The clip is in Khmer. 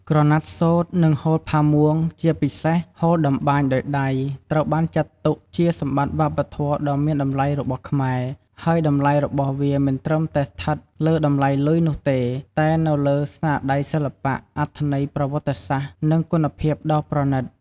ក្រណាត់សូត្រ និងហូលផាមួង ជាពិសេសហូលតម្បាញដោយដៃ ត្រូវបានចាត់ទុកជាសម្បត្តិវប្បធម៌ដ៏មានតម្លៃរបស់ខ្មែរ ហើយតម្លៃរបស់វាមិនត្រឹមតែស្ថិតលើតម្លៃលុយនោះទេ តែនៅលើស្នាដៃសិល្បៈ អត្ថន័យប្រវត្តិសាស្ត្រ និងគុណភាពដ៏ប្រណិត។